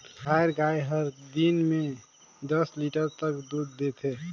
दूधाएर गाय हर दिन में दस लीटर तक दूद देथे